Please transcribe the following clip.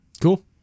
Cool